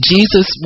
Jesus